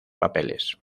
papeles